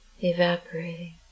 evaporating